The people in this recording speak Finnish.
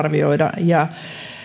arvioida ja